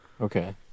Okay